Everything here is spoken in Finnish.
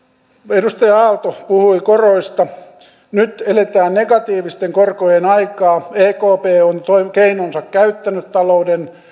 edustaja aalto puhui koroista nyt eletään negatiivisten korkojen aikaa ekp on keinonsa käyttänyt talouden